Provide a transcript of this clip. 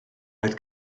oedd